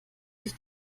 sich